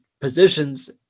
positions